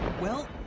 well,